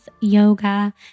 yoga